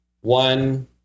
one